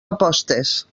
apostes